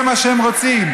זה מה שהם רוצים,